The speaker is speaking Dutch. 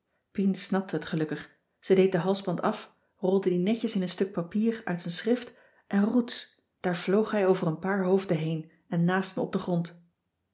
pien snapte het gelukkig ze deed den halsband af rolde die netjes in een stuk papier uit een schrift en roets daar vloog hij over een paar hoofden heen en naast me op den grond